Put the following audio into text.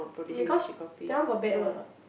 because that one got bad word what